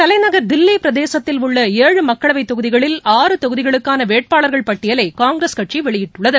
தலைநகர் தில்லி பிரதேசத்தில் உள்ள ஏழு மக்களவைத் தொகுதிகளில் ஆறு தொகுதிகளுக்கான வேட்பாளர்கள் பட்டியலை காங்கிரஸ் கட்சி வெளியிட்டுள்ளது